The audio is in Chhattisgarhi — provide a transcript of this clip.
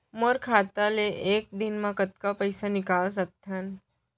मोर खाता ले एक दिन म कतका पइसा ल निकल सकथन?